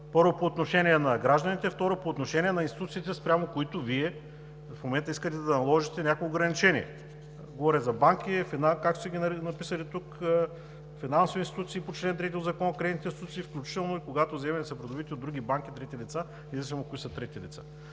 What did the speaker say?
Първо, по отношение на гражданите. Второ, по отношение на институциите, спрямо които Вие в момента искате да наложите някакво ограничение. Говоря за банки, както сте ги написали тук –финансови институции по чл. 3 от Закона за кредитните институции, включително и когато заемите са придобити от други банки и трети лица, независимо кои са трети лица,